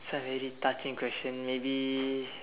that's very touching question maybe